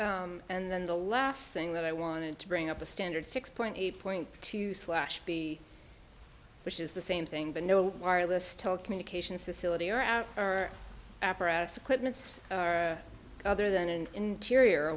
houses and then the last thing that i wanted to bring up a standard six point eight point two slash b which is the same thing but no wireless telecommunications facility or out or apparatus equipments other than an interior